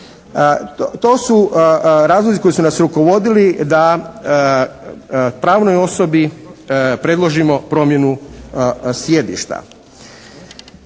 To su razlozi koji su nas rukovodili da pravnoj osobi predložimo promjenu sjedišta.